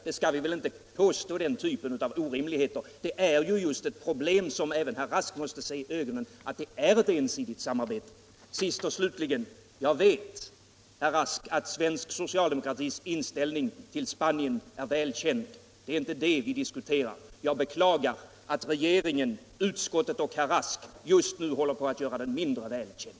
Vi skall väl inte använda den typen av orimliga påståenden. Det är ett problem, som även herr Rask måste se i ögonen, att det är ett ensidigt samarbete. Till sist: Jag vet att svensk socialdemokratis inställning till Spanien är väl känd. Det är inte detta vi diskuterar. Jag beklagar att regeringen, utskottet och herr Rask just nu håller på att göra den mindre väl känd.